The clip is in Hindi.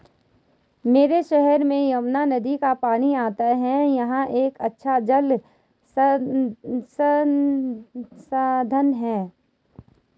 मेरे शहर में यमुना नदी का पानी आता है यह एक अच्छा जल संसाधन है